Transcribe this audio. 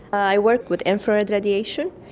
i work with infrared radiation,